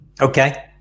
Okay